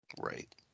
Right